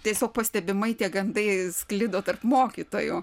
tiesiog pastebimai tie gandai sklido tarp mokytojų